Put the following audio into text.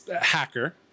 hacker